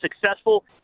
successful